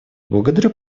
благодарю